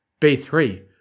B3